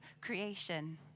creation